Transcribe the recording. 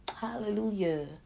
Hallelujah